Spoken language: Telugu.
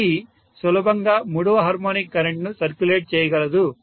ఇది సులభంగా మూడవ హార్మోనిక్ కరెంట్ను సర్క్యులేట్ చేయగలదు